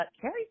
Carrie